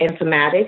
informatics